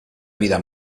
vida